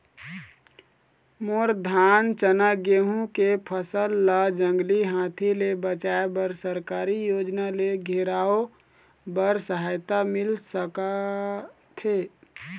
मोर धान चना गेहूं के फसल ला जंगली हाथी ले बचाए बर सरकारी योजना ले घेराओ बर सहायता मिल सका थे?